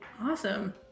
Awesome